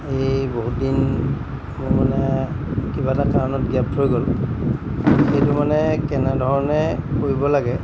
এই বহুত দিন মোৰ মানে কিবা এটা কাৰণত গেপ ৰৈ গ'ল কিন্তু মানে কেনেধৰণে কৰিব লাগে